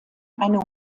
eine